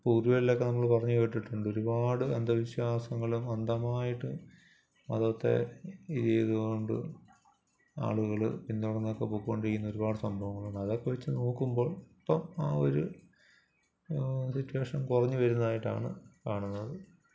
പൂർവ്വികരിലൊക്കെ നമ്മൾ പറഞ്ഞു കേട്ടിട്ടുണ്ട് ഒരുപാട് അന്ധവിശ്വാസങ്ങളും അന്ധമായിട്ട് മതത്തെ ഇതുകൊണ്ട് ആളുകൾ പിൻതുടർന്നൊക്കെ പൊയ്ക്കൊണ്ടിരിക്കുന്ന ഒരുപാട് സംഭവങ്ങളുണ്ട് അതൊക്കെ വെച്ചു നോക്കുമ്പോൾ ഇപ്പോൾ ആ ഒരു സിറ്റുവേഷൻ കുറഞ്ഞ് വരുന്നതായിട്ടാണ് കാണുന്നത്